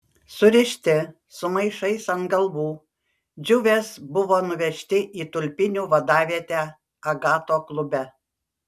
surišti su maišais ant galvų džiuvės buvo nuvežti į tulpinių vadavietę agato klube